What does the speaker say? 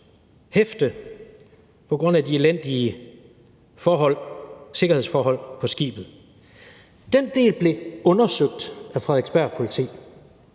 hæfte på grund af de elendige sikkerhedsforhold på skibet. Den del blev undersøgt af Frederiksberg Politi.